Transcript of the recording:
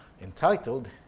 entitled